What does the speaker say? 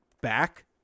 back